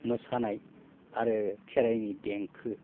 मोसानाय आरो खेराइनि देंखो